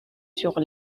sur